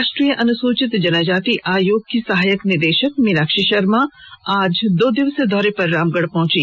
राष्ट्रीय अनुसूचित जनजाति आयोग की सहायक निदेशक मीनाक्षी शर्मा आज दो दिवसीय दौरे पर रामगढ़ पहुंची